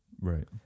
Right